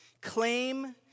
claim